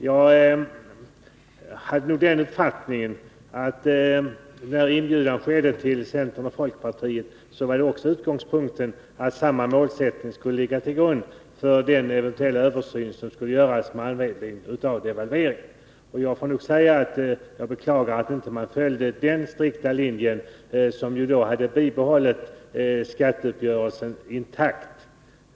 Jag hade den uppfattningen att när inbjudan gjordes till centerpartiet och folkpartiet var utgångspunkten att samma målsättning skulle ligga till grund för den eventuella översyn som skulle göras med anledning av devalveringen. Jag beklagar att man inte följde den strikta linjen, som hade bibehållit skatteuppgörelsen intakt.